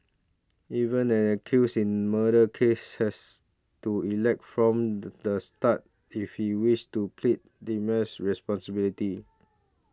even an accused in murder case has to elect from the start if he wishes to plead responsibility